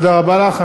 תודה רבה לך.